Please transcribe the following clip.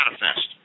manifest